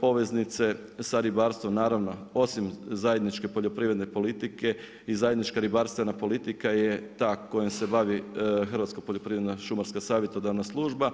poveznice sa ribarstvom, naravno, osim zajedničke poljoprivredne politike i zajednička ribarstvena politika je ta kojom se bavi Hrvatska poljoprivredno-šumarsko savjetodavna služba.